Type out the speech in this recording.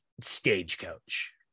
stagecoach